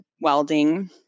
welding